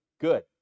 Good